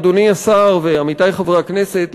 אדוני השר ועמיתי חברי הכנסת,